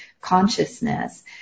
consciousness